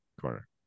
corner